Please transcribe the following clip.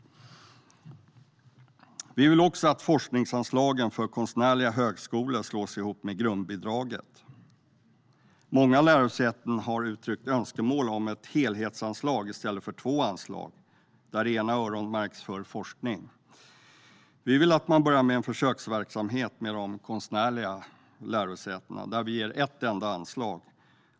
Vi vill också att forskningsanslagen för konstnärliga högskolor ska slås ihop med grundbidraget. Många lärosäten har uttryckt önskemål om ett helhetsanslag i stället för två anslag där det ena öronmärks för forskning. Vi vill att man börjar med en försöksverksamhet på de konstnärliga lärosätena. Vi skulle då ge ett enda anslag.